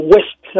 West